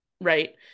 right